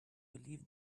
believe